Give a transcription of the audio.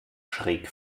schräg